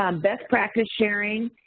um best practice sharing,